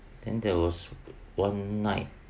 then there was one night